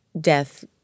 death